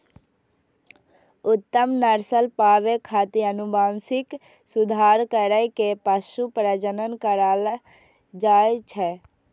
उत्तम नस्ल पाबै खातिर आनुवंशिक सुधार कैर के पशु प्रजनन करायल जाए छै